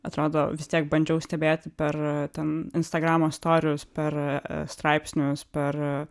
atrodo vis tiek bandžiau stebėti per ten instagramo storius per straipsnius per